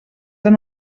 han